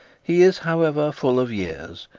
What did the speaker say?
he is, however, full of years,